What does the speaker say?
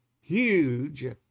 huge